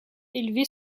élevé